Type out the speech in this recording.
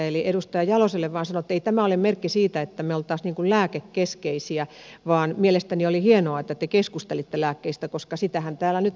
eli edustaja jaloselle vain sanon että ei tämä ole merkki siitä että me olisimme lääkekeskeisiä vaan mielestäni oli hienoa että te keskustelitte lääkkeistä koska sitähän täällä nyt odotettiin